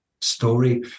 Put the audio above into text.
story